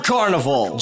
Carnival